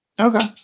Okay